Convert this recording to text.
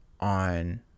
On